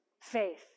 faith